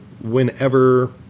whenever